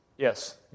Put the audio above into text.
Yes